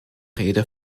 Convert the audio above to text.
rede